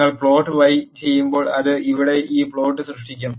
നിങ്ങൾ plot y ചെയ്യുമ്പോൾ അത് ഇവിടെ ഈ പ്ലോട്ട് സൃഷ്ടിക്കും